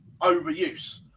overuse